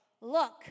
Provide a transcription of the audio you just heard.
look